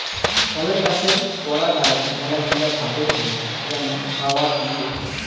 ফলের গাছের পরাগায়ন মেলাগিলা ভাবে হউ যেমন হাওয়া দিয়ে ইত্যাদি